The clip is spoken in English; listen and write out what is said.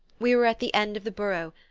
we were at the end of the burrow,